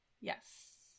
Yes